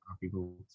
people